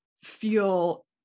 feel